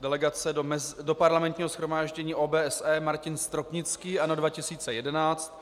Delegace do Parlamentního shromáždění OBSE Martin Stropnický, ANO 2011.